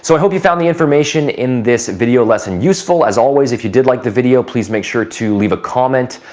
so i hope you found the information in this video lesson useful. as always, if you did like the video please make sure to leave a comment,